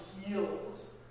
heals